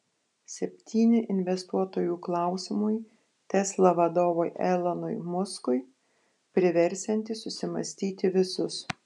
septyni investuotojų klausimai tesla vadovui elonui muskui priversiantys susimąstyti visus